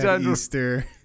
Easter